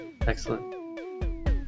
Excellent